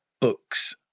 books